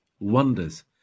wonders